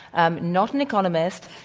um not an economist,